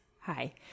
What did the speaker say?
Hi